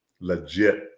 legit